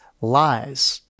lies